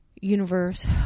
universe